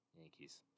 Yankees